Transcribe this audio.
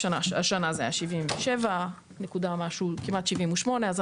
השנה התקציב היה כ-77 מילוני שקלים כמעט כ-78,